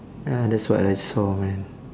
ya that's what I saw man